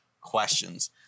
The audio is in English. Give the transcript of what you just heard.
questions